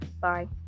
Bye